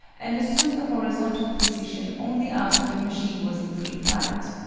and assume the horizontal position only after the machine was in free flight.